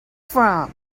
from